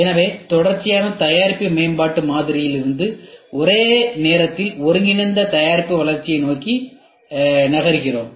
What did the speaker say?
எனவே தொடர்ச்சியான தயாரிப்பு மேம்பாட்டு மாதிரியிலிருந்து ஒரே நேரத்தில் ஒருங்கிணைந்த தயாரிப்பு வளர்ச்சியை நோக்கி நகர்கிறோம்